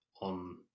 on